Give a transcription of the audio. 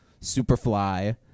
Superfly